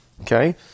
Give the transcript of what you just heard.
Okay